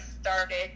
started